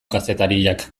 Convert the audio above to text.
kazetariak